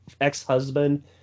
ex-husband